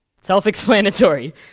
Self-explanatory